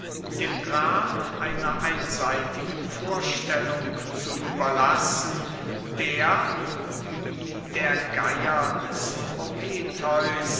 dem gram einer einseitigen vorstellung zu überlassen der wie der geier des prometheus